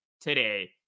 today